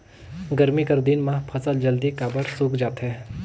गरमी कर दिन म फसल जल्दी काबर सूख जाथे?